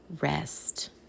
rest